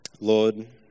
Lord